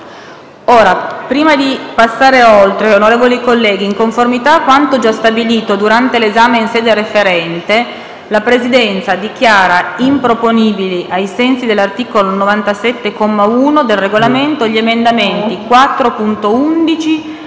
approva. (v. Allegato B). Onorevoli colleghi, in conformità a quanto già stabilito durante l’esame in sede referente, la Presidenza dichiara improponibili, ai sensi dell’articolo 97, comma 1, del Regolamento, gli emendamenti 4.11